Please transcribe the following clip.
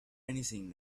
anything